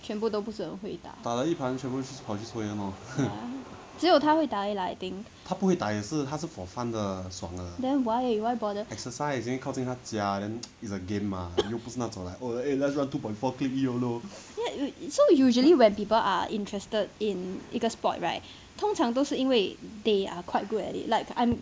全部都不是很会打 ya 只有他会打 lah I think then why why bother eh y~ so usually when people are interested in 一个 sport right 通常都是因为 they are quite good at it like I'm